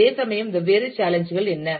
அதேசமயம் வெவ்வேறு சேலஞ்ச் கள் என்ன